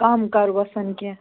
کَم کَرہوس کیٚنٛہہ